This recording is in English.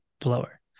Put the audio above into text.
blower